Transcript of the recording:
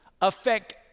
affect